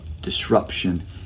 disruption